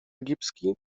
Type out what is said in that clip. egipski